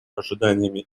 ожиданиями